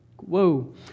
Whoa